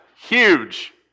huge